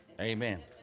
Amen